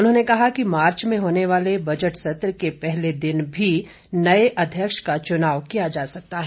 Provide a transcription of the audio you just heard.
उन्होंने कहा कि मार्च में होने वाले बजट सत्र के पहलेदिन भी नये अध्यक्ष का चुनाव किया जा सकता है